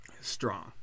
strong